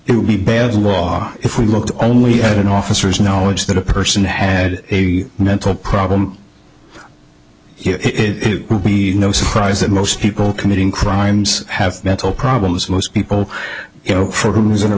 it would be bad law if we looked only had officers knowledge that a person had a mental problem it would be no surprise that most people committing crimes have mental problems most people you know